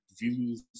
views